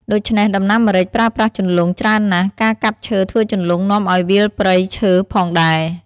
ដូច្នេះដំណាំម្រេច ប្រើប្រាស់ជន្លង់ ច្រើនណាស់ ការកាប់ឈើធ្វើជន្លង់នាំឱ្យវាលព្រៃឈើផងដែរ។